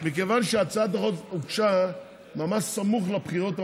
שהצעת החוק הוגשה ממש סמוך לבחירות המקומיות,